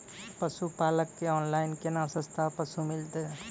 पशुपालक कऽ ऑनलाइन केना सस्ता पसु मिलतै?